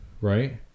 right